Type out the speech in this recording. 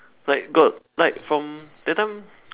like got like from that time